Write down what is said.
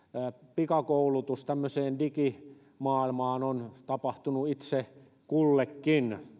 pikakoulutus tämmöiseen digimaailmaan on tapahtunut itse kullakin